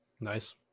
Nice